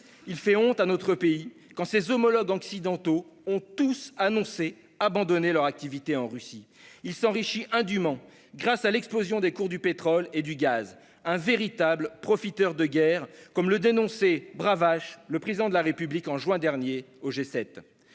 Il fait honte à notre pays, quand ses homologues occidentaux ont tous annoncé abandonner leurs activités en Russie. Il s'enrichit indûment grâce à l'explosion des cours du pétrole et du gaz, un véritable « profiteur de guerre » comme le dénonçait- bravache -le Président de la République en juin dernier au G7.